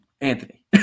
Anthony